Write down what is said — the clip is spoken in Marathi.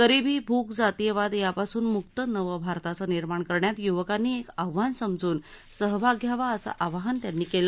गरिबी भुक जातियवाद यापासून मुक्त नवभारताचं निर्माण करण्यात युवकांनी एक आव्हान समजून सहभाग घ्यावा असं आवाहन त्यांनी केलं